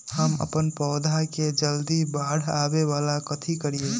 हम अपन पौधा के जल्दी बाढ़आवेला कथि करिए?